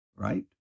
Right